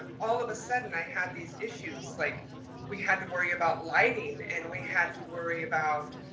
all of a sudden i had these issues, like we had to worry about lighting and we had to worry about,